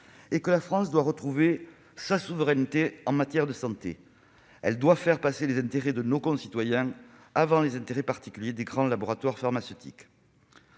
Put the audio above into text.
La France doit retrouver sa souveraineté en matière de santé et faire passer les intérêts de ses concitoyens avant les intérêts particuliers des grands laboratoires pharmaceutiques.